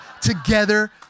together